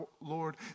Lord